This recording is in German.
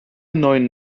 neuen